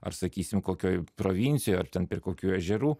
ar sakysim kokioje provincijoje ar ten prie kokių ežerų